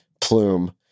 plume